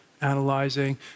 analyzing